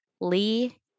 Lee